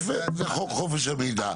יפה, זה חוק חופש המידע.